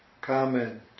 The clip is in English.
comment